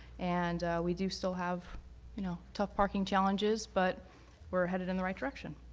and we do still have you know tough parking challenges, but we are headed in the right direction.